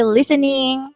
listening